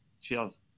Cheers